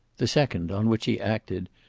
the second, on which he acted,